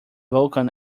vulkan